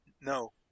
No